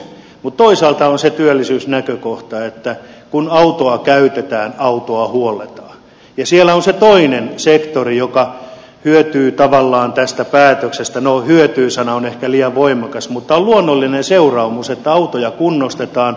mutta toisaalta on se työllisyysnäkökohta että kun autoa käytetään autoa huolletaan niin siellä on se toinen sektori joka hyötyy tavallaan tästä päätöksestä no hyötyä sana on ehkä liian voimakas mutta on luonnollinen seuraamus että autoja kunnostetaan